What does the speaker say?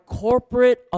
corporate